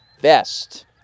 best